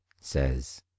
says